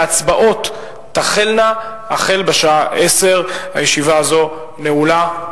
וההצבעות תחלנה בשעה 10:00. הישיבה הזאת נעולה.